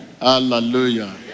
Hallelujah